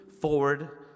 forward